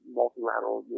multilateral